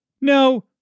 No